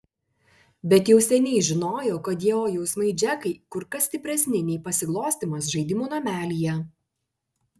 bet jau seniai žinojo kad jo jausmai džekai kur kas stipresni nei pasiglostymas žaidimų namelyje